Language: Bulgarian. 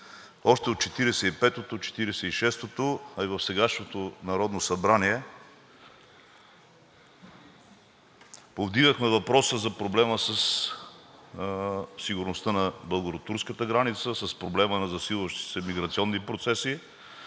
и шестото, а и в сегашното Народно събрание повдигахме въпроса за проблема със сигурността на българо-турската граница, с проблема на засилващите се миграционни процеси.